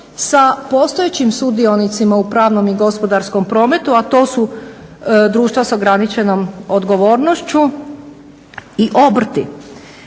sa postojećim sudionicima u pravnom i gospodarskom prometu, a to su društva s ograničenom odgovornošću i obrti.